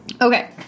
Okay